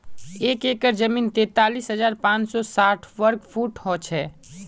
एक एकड़ जमीन तैंतालीस हजार पांच सौ साठ वर्ग फुट हो छे